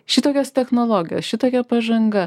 šitokios technologijos šitokia pažanga